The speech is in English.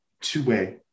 two-way